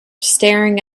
staring